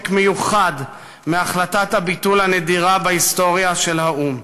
עותק מיוחד מהחלטת הביטול הנדירה בהיסטוריה של האו"ם.